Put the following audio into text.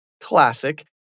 Classic